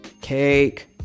cake